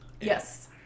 Yes